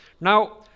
Now